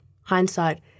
hindsight